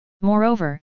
Moreover